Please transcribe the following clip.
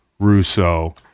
Russo